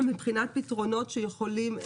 מבחינת פתרונות שיכולים,